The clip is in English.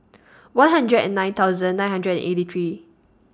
one hundred and nine thousand nine hundred and eighty three